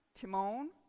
Timon